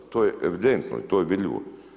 To je evidentno i to je vidljivo.